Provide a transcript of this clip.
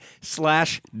slash